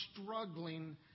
struggling